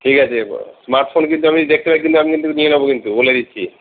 ঠিক আছে স্মার্টফোন কিন্তু আমি দেখতে পাই কিন্তু আমি কিন্তু নিয়ে নেবো কিন্তু বলে দিচ্ছি